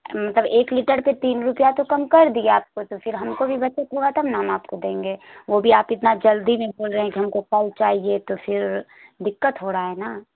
مطلب ایک لیٹر کے تین روپیہ تو کم کر دیا آپ کو تو پھر ہم کو بھی بچے تھوڑا تب نا ہم آپ کو دیں گے وہ بھی آپ اتنا جلدی میں بول رہے ہیں کہ ہم کو پہنچائیے تو پھر دقت ہو رہا ہے نا